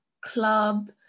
club